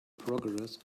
progress